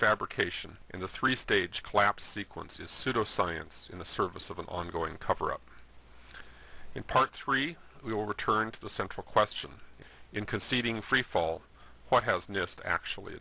fabrication and the three stage collapse sequence is pseudo science in the service of an ongoing cover up in part three we will return to the central question in conceding freefall what has nist actually